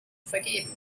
vergeben